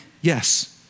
Yes